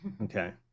okay